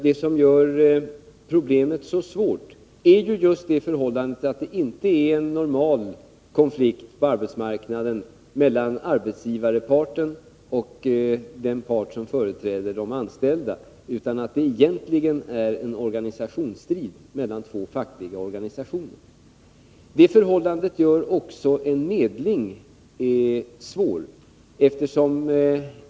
Det som gör problemet så svårt är just det förhållandet att det inte är en normal konflikt på arbetsmarknaden mellan arbetsgivarparten och den part som företräder de anställda utan att det egentligen är en organisationsstrid mellan två fackliga organisationer. Det förhållandet gör också en medling svår.